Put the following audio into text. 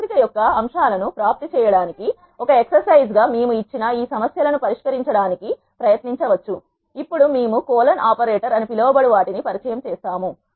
మాత్రిక యొక్క అంశాలను ప్రాప్తి చేయడానికి ఒక ఎక్ససైజ్ గా మేము ఇచ్చిన ఈ సమస్యలను పరిష్కరించడానికి ప్రయత్నించవచ్చు ఇప్పుడు మేము కోలన్ ఆపరేటర్ అని పిలువబడు వాటిని పరిచయం చేస్తాము